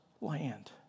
land